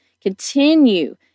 continue